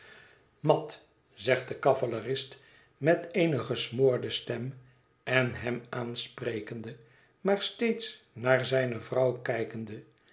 mat zegt de cavalerist met eene gesmoorde stem en hem aansprekende maar steeds naar zijne vrouw kijkende